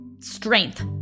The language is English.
strength